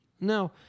No